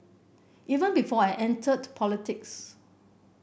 even before I entered politics